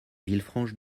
villefranche